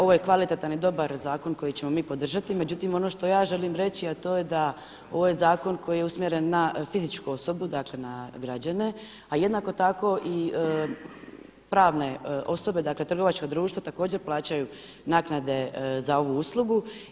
Ovo je kvalitetan i dobar zakon koji ćemo mi podržati, međutim ono što ja želim reći, a to je da ovaj zakon koji je usmjeren na fizičku osobu dakle na građane, a jednako tako i pravne osobe dakle trgovačka društva također plaćaju naknade za ovu uslugu.